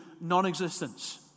non-existence